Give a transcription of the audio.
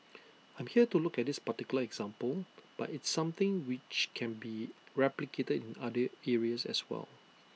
I'm here to look at this particular example but it's something which can be replicated in other areas as well